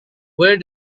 where